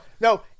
no